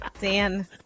Dan